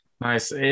nice